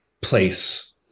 place